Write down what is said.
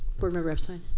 board member epstein